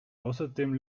außerdem